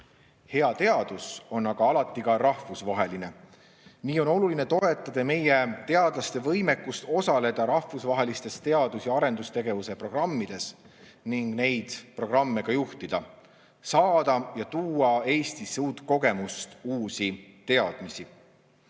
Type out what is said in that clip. Hea teadus on aga alati ka rahvusvaheline. Nii on oluline toetada meie teadlaste võimekust osaleda rahvusvahelistes teadus‑ ja arendustegevuse programmides ning neid programme ka juhtida, saada ja tuua Eestisse uut kogemust, uusi teadmisi.